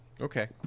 Okay